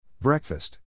Breakfast